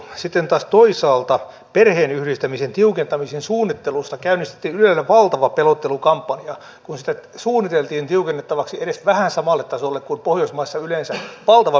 sitten taas toisaalta perheenyhdistämisen tiukentamisen suunnittelusta käynnistettiin ylellä valtava pelottelukampanja kun sitä suunniteltiin tiukennettavaksi edes vähän samalle tasolle kuin pohjoismaissa yleensä valtava pelottelukampanja